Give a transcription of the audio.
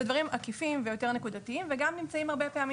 זה דברים עקיפים ויותר נקודתיים שנמצאים הרבה פעמים